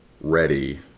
ready